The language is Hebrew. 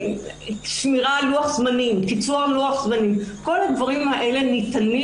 שמירה על לוח זמנים וקיצורו כל הדברים האלה ניתנים